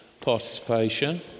participation